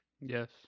Yes